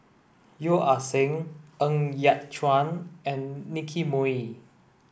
Yeo Ah Seng Ng Yat Chuan and Nicky Moey